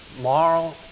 moral